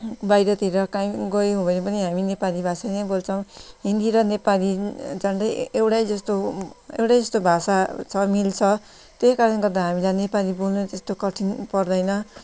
बाहिरतिर काहीँ गयौँ भने पनि हामी नेपाली भाषा नै बोल्छौँ हिन्दी र नेपाली झन्डै एउटै जस्तो हो एउटै जस्तो भाषा छ मिल्छ त्यही कारण गर्दा हामीलाई नेपाली बोल्नु त्यस्तो कठिन पर्दैन